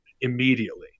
immediately